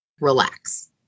Relax